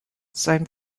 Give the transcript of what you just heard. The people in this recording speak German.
sein